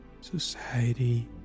society